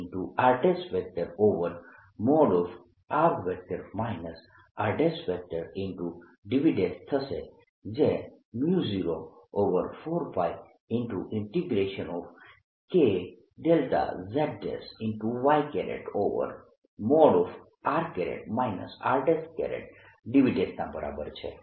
A04πJ r|r r|dV04πKδz y|r r|dV હવે આ એક પ્લેન શીટ છે